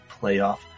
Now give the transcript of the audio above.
playoff